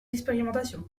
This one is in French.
expérimentations